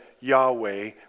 Yahweh